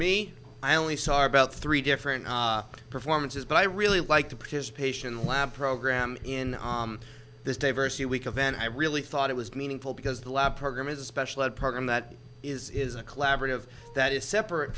me i only saw about three different performances but i really like the participation lab program in this day versity week of and i really thought it was meaningful because the lab program is a special ed program that is a collaborative that is separate